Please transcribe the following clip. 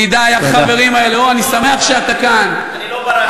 אני לא ברחתי.